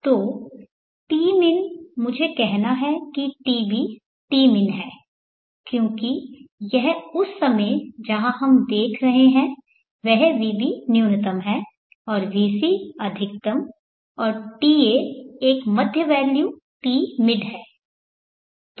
तो tmin मुझे कहना है कि tb tmin है क्योंकि यह उस समय जहां हम देख रहे हैं वह vb न्यूनतम है और vc अधिकतम और ta एक मध्य वैल्यू tmid है